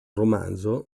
romanzo